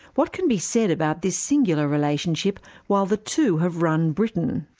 what can be said about this singular relationship while the two have run britain?